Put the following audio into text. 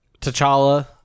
T'Challa